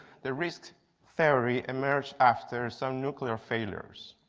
the risk theory emerged after some nuclear failures.